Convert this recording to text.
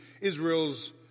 Israel's